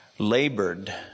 labored